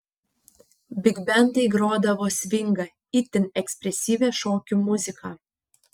bigbendai grodavo svingą itin ekspresyvią šokių muziką